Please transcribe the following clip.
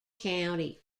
county